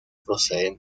proceden